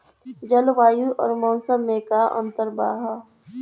जलवायु अउर मौसम में का अंतर ह?